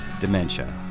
dementia